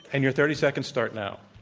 and your thirty seconds start now.